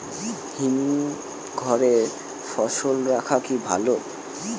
হিমঘরে ফসল রাখা কি ভালো?